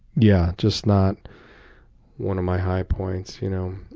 yeah, just not one of my high points. you know